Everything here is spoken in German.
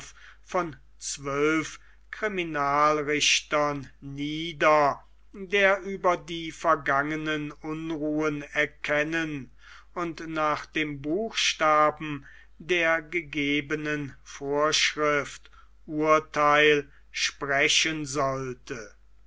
von zwölf kriminalrichtern nieder der über die vergangenen unruhen erkennen und nach dem buchstaben der gegebenen vorschrift urtheil sprechen sollte